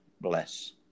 bless